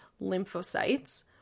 lymphocytes